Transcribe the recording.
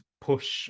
push